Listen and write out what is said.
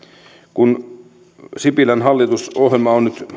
kun sipilän hallitusohjelma